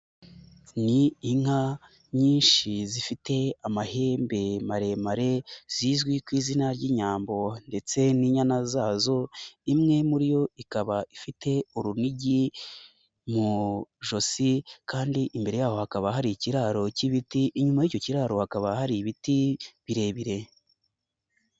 Ni inka nyinshi zifite amahembe maremare zizwi ku izina ry'inyambo ndetse n'inyana zazo, imwe muri yo ikaba ifite urunigi mu ijosi, kandi imbere yabo hakaba hari ikiraro k'ibiti inyuma y'icyo kiraro hakaba hari ibiti birebire.